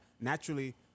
naturally